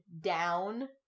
down